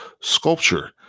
sculpture